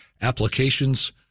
Applications